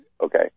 Okay